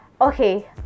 okay